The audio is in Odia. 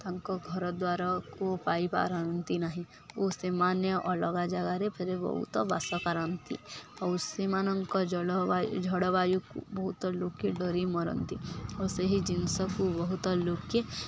ତାଙ୍କ ଘରଦ୍ୱାରକୁୁ ପାଇପାରନ୍ତି ନାହିଁ ଓ ସେମାନେ ଅଲଗା ଜାଗାରେ ଫେରେ ବହୁତ ବାସ କରନ୍ତି ଆଉ ସେମାନଙ୍କ ଜଳବାୟୁ ଝଡ଼ବାୟୁକୁ ବହୁତ ଲୋକେ ଡରି ମରନ୍ତି ଓ ସେହି ଜିନିଷକୁ ବହୁତ ଲୋକେ